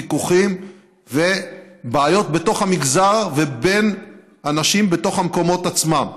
ויכוחים ובעיות בתוך המגזר ובין אנשים בתוך המקומות עצמם.